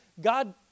God